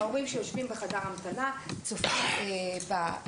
הורים שיושבים בחדר ההמתנה יכולים לצפות בפוסטרים.